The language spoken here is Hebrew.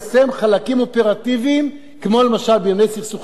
כמו למשל בימי סכסוכי קרקעות וכו' פרוצדורלית,